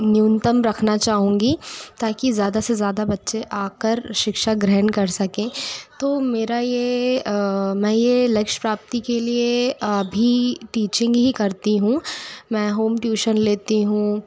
न्यूनतम रखना चाहूँगी ताकि ज़्यादा से ज़ादा बच्चे आ कर शिक्षा ग्रहण कर सकें तो मेरा ये मैं ये लक्ष्य प्राप्ति के लिए अभी टीचिंग ही करती हूँ मैं होम ट्यूशन लेती हूँ